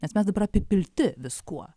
nes mes dabar apipilti viskuo